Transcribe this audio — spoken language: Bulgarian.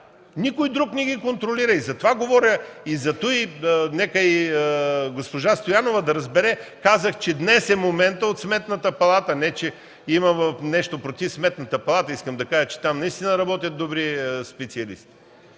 Никой друг не ги контролира – за това говоря. Нека и госпожа Стоянова да разбере, казах, че днес е моментът от Сметната палата, не че имам нещо против Сметната палата. Искам да кажа, че там наистина работят добри специалисти.